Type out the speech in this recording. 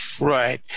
Right